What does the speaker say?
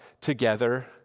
together